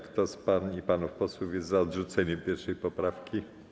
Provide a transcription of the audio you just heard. Kto z pań i panów posłów jest za odrzuceniem 1. poprawki?